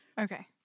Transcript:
Okay